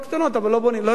אבל לא בונים, לא יודע למה.